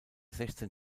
sechzehn